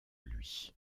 lui